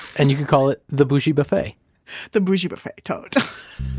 and you would call it the bougie buffet the bougie buffet. totally